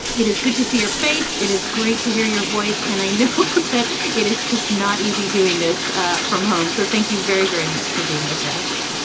it is good to see your face. it is great to hear your voice. and i know that it is just not easy doing this ah from home. so thank you very, very much for being with us.